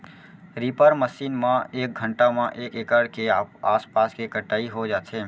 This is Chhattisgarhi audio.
रीपर मसीन म एक घंटा म एक एकड़ के आसपास के कटई हो जाथे